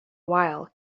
while